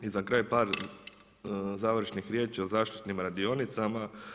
I za kraj par završnih riječi o zaštitnim radionicama.